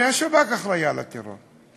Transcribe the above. הרי השב"כ אחראי על הטרור.